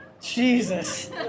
Jesus